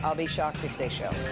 i'll be shocked if they show.